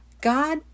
God